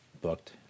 booked